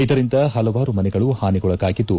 ಇದರಿಂದ ಹಲವಾರು ಮನೆಗಳು ಹಾನಿಗೊಳಗಾಗಿದ್ದು